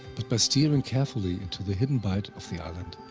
but by steering carefully into the hidden bight of the island,